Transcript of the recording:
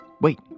Wait